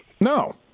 No